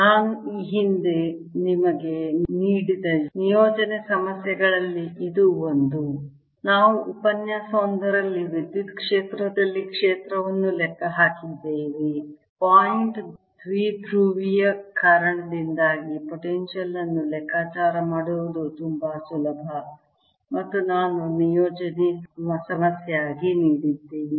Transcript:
ನಾನು ಈ ಹಿಂದೆ ನಿಮಗೆ ನೀಡಿದ ನಿಯೋಜನೆ ಸಮಸ್ಯೆಗಳಲ್ಲಿ ಇದು ಒಂದು ನಾವು ಉಪನ್ಯಾಸವೊಂದರಲ್ಲಿ ವಿದ್ಯುತ್ ಕ್ಷೇತ್ರದಲ್ಲಿ ಕ್ಷೇತ್ರವನ್ನು ಲೆಕ್ಕ ಹಾಕಿದ್ದೇವೆ ಪಾಯಿಂಟ್ ದ್ವಿಧ್ರುವಿಯ ಕಾರಣದಿಂದಾಗಿ ಪೊಟೆನ್ಶಿಯಲ್ ಅನ್ನು ಲೆಕ್ಕಾಚಾರ ಮಾಡುವುದು ತುಂಬಾ ಸುಲಭ ಮತ್ತು ನಾನು ನಿಯೋಜನೆ ಸಮಸ್ಯೆಯಾಗಿ ನೀಡಿದ್ದೇನೆ